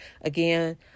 again